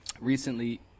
recently